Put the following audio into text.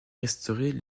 restaurer